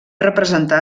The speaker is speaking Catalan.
representar